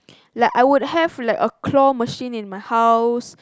like I would have like a claw machine in my house